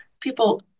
people